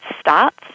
starts